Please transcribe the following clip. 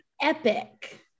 epic